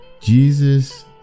Jesus